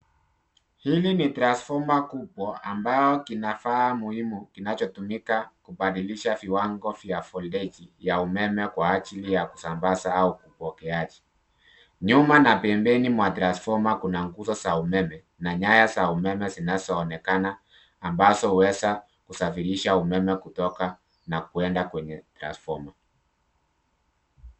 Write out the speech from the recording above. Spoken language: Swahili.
Hili ni transforma kubwa ambao kina kifaa muhimu kinachotumika kubadilisha kiwango vya voltage ya umeme kwa ajili ya kusambaza au upokeaji, nyuma na pembeni mwa transforma kuna nguzo za umeme na nyaya za umeme zinazoonekana ambazo uweza kusafirisha umeme kutoka na kuenda kwa tranforma .